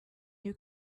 new